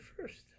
first